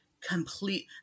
complete